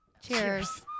Cheers